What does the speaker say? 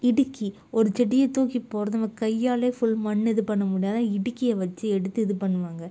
இடுக்கி ஒரு செடியை தூக்கி போடுவது நம்ம கையாலே ஃபுல் மண் இது பண்ண முடியாது அதாக இடுக்கியை வச்சு எடுத்து இது பண்ணுவாங்க